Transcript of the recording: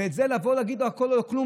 ועל זה לבוא ולהגיד "הכול או לא כלום"